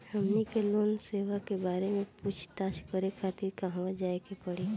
हमनी के लोन सेबा के बारे में पूछताछ करे खातिर कहवा जाए के पड़ी?